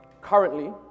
currently